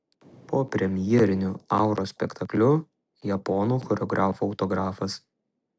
po premjeriniu auros spektakliu japonų choreografo autografas